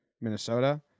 minnesota